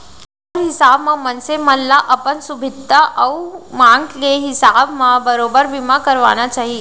मोर हिसाब म मनसे मन ल अपन सुभीता अउ मांग के हिसाब म बरोबर बीमा करवाना चाही